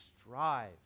strive